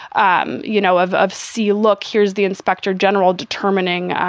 um you know, of of see, look, here's the inspector general determining,